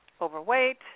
overweight